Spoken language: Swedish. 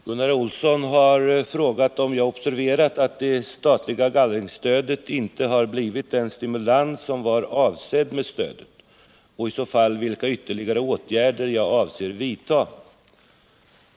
Herr talman! Gunnar Olsson har frågat om jag har observerat att det statliga gallringsstödet inte har blivit den stimulans som var avsedd med stödet, och i så fall, vilka ytterligare åtgärder jag avser vidta.